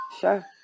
sure